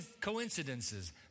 coincidences